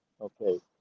okay